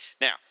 Now